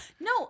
No